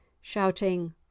shouting